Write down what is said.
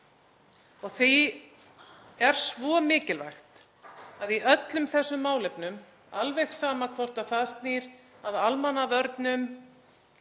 Því er svo mikilvægt að í öllum þessum málefnum, alveg sama hvort það snýr að almannavörnum,